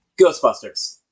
Ghostbusters